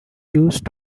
used